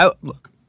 look